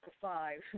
five